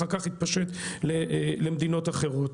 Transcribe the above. אחר כך התפשט למדינות אחרות.